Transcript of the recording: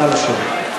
נא לשבת.